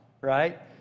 right